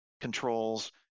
controls